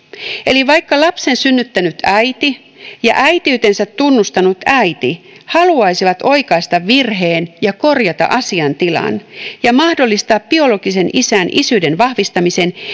eli vaikka lapsen synnyttänyt äiti ja äitiytensä tunnustanut äiti haluaisivat oikaista virheen ja korjata asiantilan ja mahdollistaa biologisen isän isyyden vahvistamisen